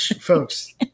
Folks